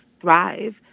thrive